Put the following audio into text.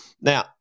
Now